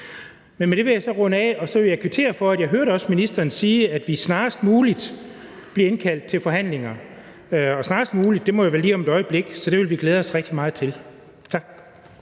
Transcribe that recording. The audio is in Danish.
Med det vil jeg runde af, og så vil jeg også kvittere for, at jeg hørte ministeren sige, at vi snarest muligt bliver indkaldt til forhandlinger. Snarest muligt må jo være lige om et øjeblik, så det vil vi glæde os rigtig meget til. Tak.